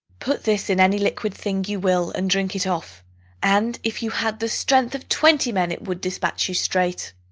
put this in any liquid thing you will, and drink it off and, if you had the strength of twenty men, it would despatch you straight.